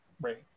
right